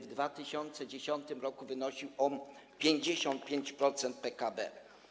W 2010 r. wynosił on 55% PKB.